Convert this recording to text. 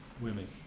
women